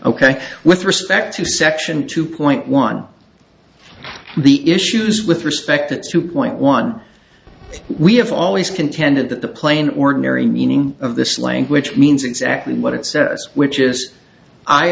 ok with respect to section two point one the issues with respect to two point one we have always contended that the plain ordinary meaning of the slang which means exactly what it said which is i